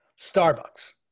Starbucks